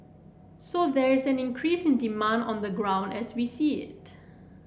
so there is an increase in demand on the ground as we see it